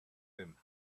him